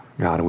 God